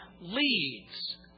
leads